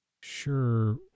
sure